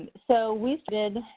so we started.